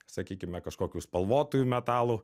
sakykime kažkokių spalvotųjų metalų